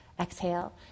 Exhale